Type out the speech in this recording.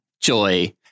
Joy